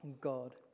God